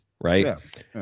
right